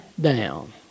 down